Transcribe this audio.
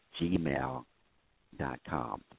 gmail.com